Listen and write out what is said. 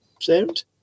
sound